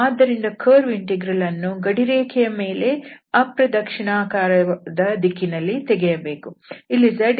ಆದ್ದರಿಂದ curve integral ಅನ್ನು ಗಡಿರೇಖೆಯ ಮೇಲೆ ಅಪ್ರದಕ್ಷಿಣಾಕಾರ ದ ದಿಕ್ಕಿನಲ್ಲಿ ತೆಗೆಯಬೇಕು